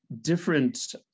different